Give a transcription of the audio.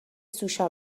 سوشا